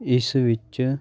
ਇਸ ਵਿੱਚ